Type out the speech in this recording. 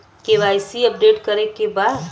KYC update करे के बा?